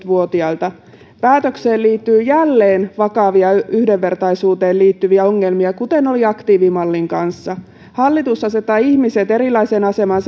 vuotiailta päätökseen liittyy jälleen vakavia yhdenvertaisuuteen liittyviä ongelmia kuten oli aktiivimallin kanssa hallitus asettaa ihmiset erilaiseen asemaan